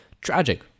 Tragic